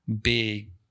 big